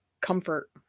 comfort